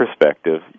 perspective